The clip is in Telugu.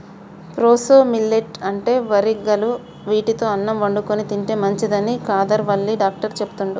ప్రోసో మిల్లెట్ అంటే వరిగలు వీటితో అన్నం వండుకొని తింటే మంచిదని కాదర్ వల్లి డాక్టర్ చెపుతండు